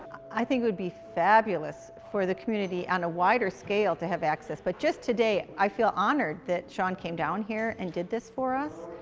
i think it would be fabulous for the community on a wider scale to have access. but just today i feel honored that sean came down here and did this for us.